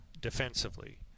defensively